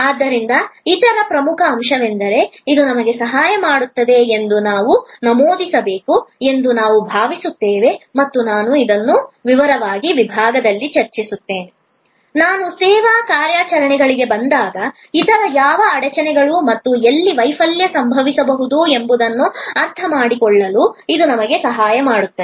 ಆದ್ದರಿಂದ ಇತರ ಪ್ರಮುಖ ಅಂಶವೆಂದರೆ ಇದು ನಮಗೆ ಸಹಾಯ ಮಾಡುತ್ತದೆ ಎಂದು ನಾನು ನಮೂದಿಸಬೇಕು ಎಂದು ನಾನು ಭಾವಿಸುತ್ತೇನೆ ಮತ್ತು ನಾನು ಇದನ್ನು ವಿವರವಾಗಿ ವಿಭಾಗದಲ್ಲಿ ಚರ್ಚಿಸುತ್ತೇನೆ ನಾನು ಸೇವಾ ಕಾರ್ಯಾಚರಣೆಗಳಿಗೆ ಬಂದಾಗ ಇತರ ಯಾವ ಅಡಚಣೆಗಳು ಮತ್ತು ಎಲ್ಲಿ ವೈಫಲ್ಯ ಸಂಭವಿಸಬಹುದು ಎಂಬುದನ್ನು ಅರ್ಥಮಾಡಿಕೊಳ್ಳಲು ಇದು ನಮಗೆ ಸಹಾಯ ಮಾಡುತ್ತದೆ